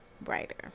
brighter